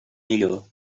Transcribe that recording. millor